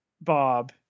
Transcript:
Bob